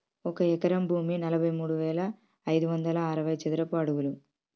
ఒక ఎకరం భూమి నలభై మూడు వేల ఐదు వందల అరవై చదరపు అడుగులు